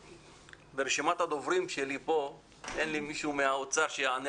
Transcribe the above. ברשימת הדוברים פה אין לנו מישהו מהאוצר שיענה